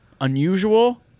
Unusual